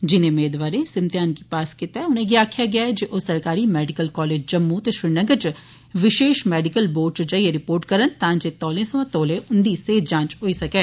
जिनें मेदवारें इस इम्तेहान गी पास कीता ऐ उनेंगी आक्खेया गेआ ऐ जे ओ सरकारी मैडिकल कालेज जम्मू ते श्रीनगर इच विशेष मैडिकल बोर्ड च जाइयै रिपोर्ट करन तां जे तौले सोयां तौले उन्दी सेहत जांच होई सकै